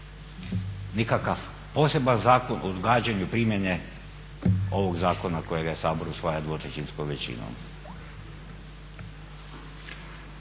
nikakav poseban zakon o odgađanju primjene ovog zakona kojega Sabor usvaja dvotrećinskom većinom.